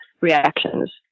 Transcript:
reactions